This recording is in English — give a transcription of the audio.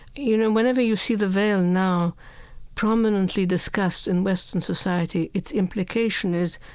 you know, whenever you see the veil now prominently discussed in western society, its implication is,